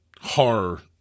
horror